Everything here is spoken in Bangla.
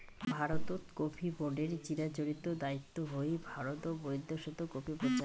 ভারতত কফি বোর্ডের চিরাচরিত দায়িত্ব হই ভারত ও বৈদ্যাশত কফি প্রচার